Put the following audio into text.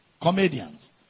comedians